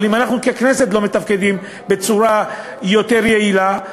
אבל אם אנחנו ככנסת לא מתפקדים בצורה יותר יעילה,